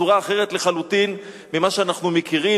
בצורה אחרת לחלוטין ממה שאנחנו מכירים.